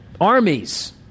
armies